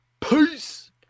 Peace